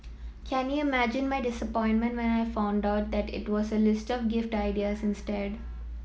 can you imagine my disappointment when I found out that it was a list of gift ideas instead